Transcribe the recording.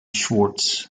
schwartz